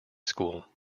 school